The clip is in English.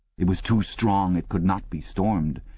it was too strong, it could not be stormed.